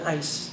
ice